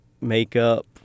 makeup